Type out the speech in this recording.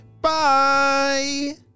Bye